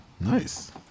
Nice